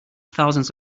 thousands